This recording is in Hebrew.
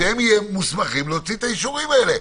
שהם יהיו מוסמכים להוציא את האישורים האלה.